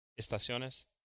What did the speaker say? Estaciones